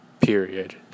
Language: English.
period